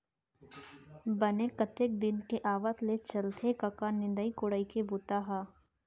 बने कतेक दिन के आवत ले चलथे कका निंदई कोड़ई के बूता ह?